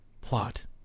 plot